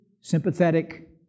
sympathetic